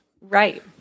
Right